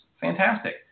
Fantastic